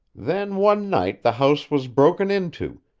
then one night the house was broken into,